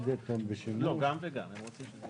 הסתייגויות עד